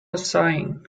sighing